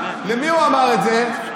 למי הוא אמר את זה?